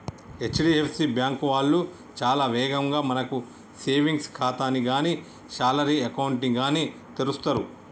HDFC bank వాళ్ళు చాలా వేగంగా మనకు సేవింగ్స్ ఖాతాని గానీ శాలరీ అకౌంట్ ని గానీ తెరుస్తరు